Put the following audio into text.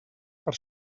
per